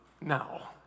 now